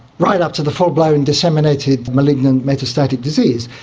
right up to the full-blown disseminated malignant metastatic disease,